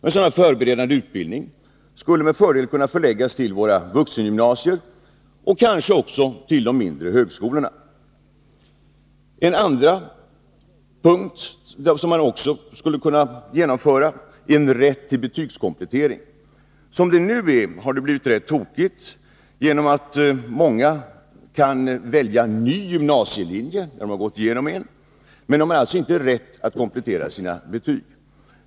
En sådan förberedande utbildning skulle med fördel kunna förläggas till våra vuxengymnasier och kanske också till de mindre högskolorna. Man skulle också kunna införa en rätt till betygskomplettering. Som det nu är har det blivit tokigt — många kan välja ny gymnasielinje när de har gått igenom en, men de har inte rätt att komplettera sina betyg.